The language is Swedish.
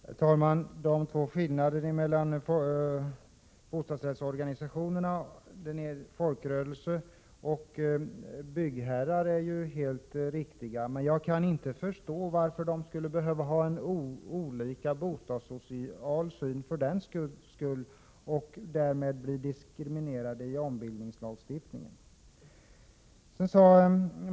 Herr talman! De två skillnaderna mellan bostadsrättsorganisationerna som Magnus Persson angav är riktiga. Men jag kan inte förstå varför SBC skulle ha en annan bostadssocial syn och därmed diskrimineras i ombildningslagstiftningen.